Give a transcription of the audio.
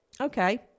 okay